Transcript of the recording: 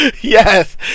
Yes